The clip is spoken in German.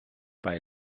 bei